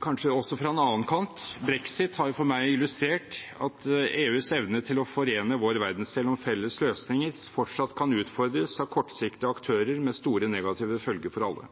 kanskje også fra en annen kant. Brexit har for meg illustrert at EUs evne til å forene vår verdensdel gjennom felles løsninger fortsatt kan utfordres av kortsiktige aktører, med store negative følger for alle.